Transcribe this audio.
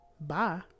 bye